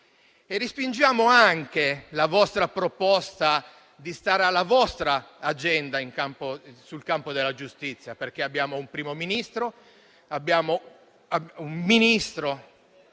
Respingiamo anche la vostra proposta di stare alla vostra agenda sul campo della giustizia, perché abbiamo un Primo Ministro, un Ministro,